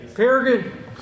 Peregrine